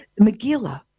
Megillah